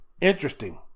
Interesting